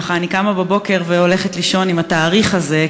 אני קמה בבוקר והולכת לישון עם התאריך הזה,